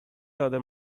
other